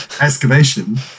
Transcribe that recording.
excavation